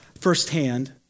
firsthand